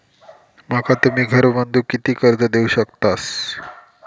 माका तुम्ही घर बांधूक किती कर्ज देवू शकतास?